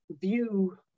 view